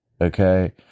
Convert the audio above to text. Okay